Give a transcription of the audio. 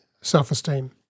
self-esteem